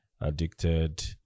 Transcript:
addicted